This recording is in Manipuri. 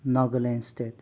ꯅꯥꯒꯥꯂꯦꯟ ꯏꯁꯇꯦꯠ